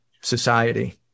society